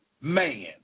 man